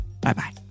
Bye-bye